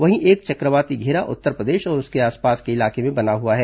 वहीं एक चक्रवाती घेरा उत्तरप्रदेश और उसके आसपास के इलाके में बना हुआ है